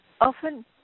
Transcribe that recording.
often